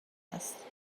است